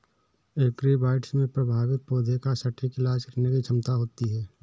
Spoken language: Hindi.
एग्रीबॉट्स में प्रभावित पौधे का सटीक इलाज करने की क्षमता होती है